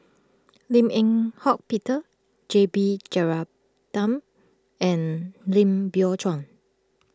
Lim Eng Hock Peter J B Jeyaretnam and Lim Biow Chuan